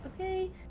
Okay